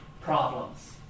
problems